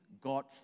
God